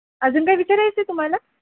अजून काही विचारायचं आहे तुम्हाला